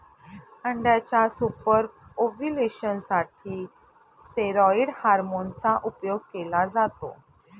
अंड्याच्या super ovulation साठी steroid hormone चा उपयोग केला जातो